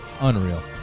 Unreal